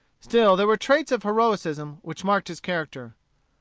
still there were traits of heroism which marked his character.